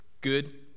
Good